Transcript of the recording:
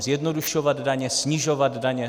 Zjednodušovat daně, snižovat daně.